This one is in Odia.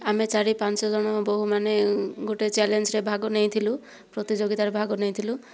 ଆମେ ଚାରି ପାଞ୍ଚଜଣ ବୋହୂମାନେ ଗୋଟିଏ ଚ୍ୟାଲେଞ୍ଜରେ ଭାଗ ନେଇଥିଲୁ ପ୍ରତିଯୋଗିତାରେ ଭାଗ ନେଇଥିଲୁ